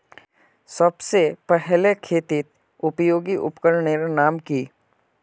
सबसे पहले खेतीत उपयोगी उपकरनेर नाम की?